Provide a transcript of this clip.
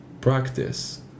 practice